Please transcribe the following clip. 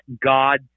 God